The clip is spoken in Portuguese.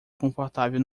confortável